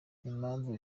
impamvu